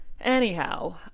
anyhow